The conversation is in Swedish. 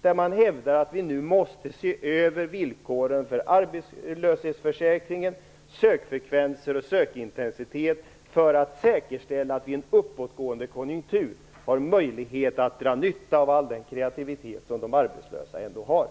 där man hävdar att vi nu måste se över villkoren för arbetslöshetsförsäkringen, sökfrekvens och sökintensitet, för att säkerställa att vi i en uppåtgående konjunktur har möjlighet att dra nytta av all den kreativitet som de arbetslösa ändå har.